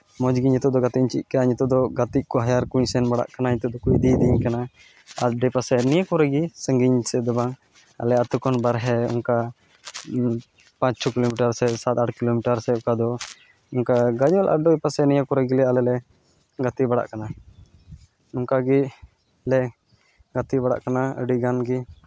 ᱢᱚᱡᱽ ᱜᱮ ᱱᱤᱛᱳᱜ ᱫᱚ ᱜᱟᱛᱮ ᱤᱧ ᱪᱮᱫ ᱠᱟᱫᱟ ᱱᱤᱛᱳᱜ ᱫᱚ ᱜᱟᱛᱮ ᱠᱚ ᱦᱟᱭᱟᱨ ᱠᱩᱧ ᱥᱮᱱ ᱵᱟᱲᱟᱜ ᱠᱟᱱᱟ ᱦᱤᱛᱮᱜ ᱫᱚᱠᱚ ᱤᱫᱤᱭᱤᱫᱤᱧ ᱠᱟᱱᱟ ᱟᱰᱮᱯᱟᱥᱮ ᱱᱤᱭᱟᱹ ᱠᱚᱨᱮᱜᱮ ᱥᱟᱺᱜᱤᱧ ᱥᱮᱫ ᱫᱚ ᱵᱟᱝ ᱟᱞᱮ ᱟᱛᱳ ᱠᱷᱚᱱ ᱵᱟᱨᱦᱮ ᱚᱝᱠᱟ ᱯᱟᱸᱪ ᱪᱷᱚ ᱠᱤᱞᱳᱢᱤᱴᱟᱨ ᱥᱮ ᱥᱟᱛᱼᱟᱴ ᱠᱤᱞᱳᱢᱤᱴᱟᱨ ᱚᱱᱠᱟ ᱫᱚ ᱚᱱᱠᱟ ᱜᱟᱡᱚᱞ ᱟᱰᱮᱯᱟᱥᱮ ᱱᱤᱭᱟᱹ ᱠᱚᱨᱮ ᱜᱮᱞᱮ ᱟᱞᱮ ᱞᱮ ᱜᱟᱛᱮ ᱵᱟᱲᱟᱜ ᱠᱟᱱᱟ ᱱᱚᱝᱠᱟ ᱜᱮ ᱟᱞᱮ ᱜᱟᱛᱮ ᱵᱟᱲᱟᱜ ᱠᱟᱱᱟ ᱟᱹᱰᱤᱜᱟᱱ ᱜᱮ